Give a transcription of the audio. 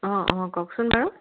অ' অ' কওকচোন বাৰু